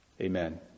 Amen